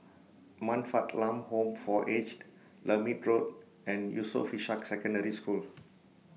Man Fatt Lam Home For Aged Lermit Road and Yusof Ishak Secondary School